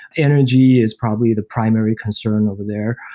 energy is probably the primary concern over there,